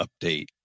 update